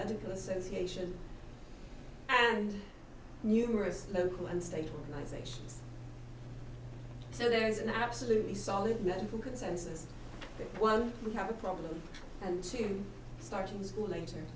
medical association and numerous local and state organizations so there is an absolutely solid mental consensus that one we have a problem and two starting school later